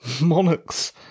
Monarch's